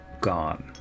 gone